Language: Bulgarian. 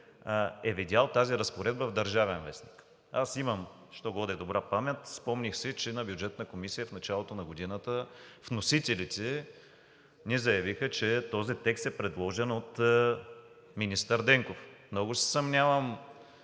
е видял тази разпоредба в „Държавен вестник“. Аз имам що-годе добра памет, спомних си, че на Бюджетна комисия в началото на годината вносителите ни заявиха, че този текст е предложен от министър Денков. Много се съмнявам